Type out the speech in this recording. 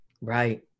Right